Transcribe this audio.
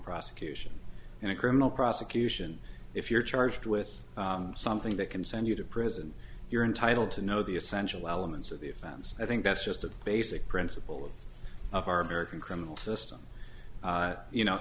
prosecution and a criminal prosecution if you're charged with something that can send you to prison you're entitled to know the essential elements of the fans i think that's just a basic principle of our american criminal system you know